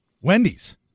Wendy's